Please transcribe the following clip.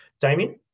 Damien